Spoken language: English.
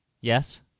Yes